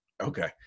Okay